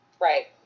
Right